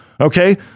Okay